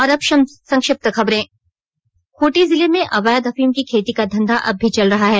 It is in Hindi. और अब संक्षिप्त खबरें खूंटी जिले में अवैध अफीम की खेती का धंधा अब भी चल रहा है